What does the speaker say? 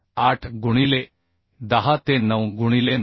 8 गुणिले 10 ते 9 गुणिले 9